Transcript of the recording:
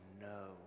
no